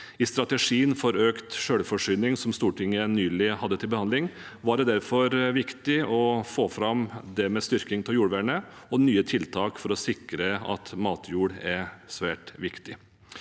I strategien for økt selvforsyning, som Stortinget nylig hadde til behandling, var det derfor viktig å få fram det med styrking av jordvernet og nye tiltak for å sikre matjord.